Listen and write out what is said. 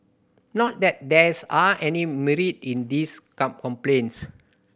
not that there is aren't any merit in these complaints